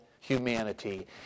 humanity